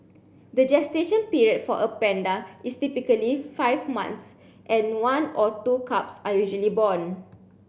the gestation period for a panda is typically five months and one or two cubs are usually born